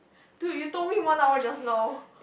dude you told me one hour just now